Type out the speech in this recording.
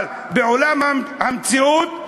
אבל בעולם המציאות,